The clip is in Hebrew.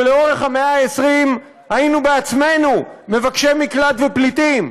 שלאורך המאה ה-20 היינו בעצמנו מבקשי מקלט ופליטים,